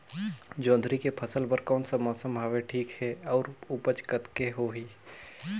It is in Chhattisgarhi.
जोंदरी के फसल बर कोन सा मौसम हवे ठीक हे अउर ऊपज कतेक होही?